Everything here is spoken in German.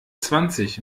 zwanzig